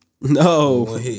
No